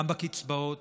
גם בקצבאות